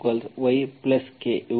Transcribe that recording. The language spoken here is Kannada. ಸಣ್ಣ y ಸಮಾನ yYk